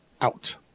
out